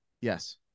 Yes